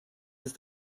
ist